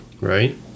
Right